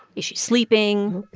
is she sleeping?